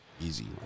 easy